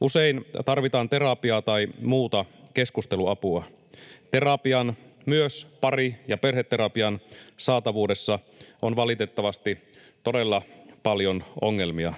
Usein tarvitaan terapiaa tai muuta keskusteluapua. Terapian, myös pari- ja perheterapian, saatavuudessa on valitettavasti todella paljon ongelmia.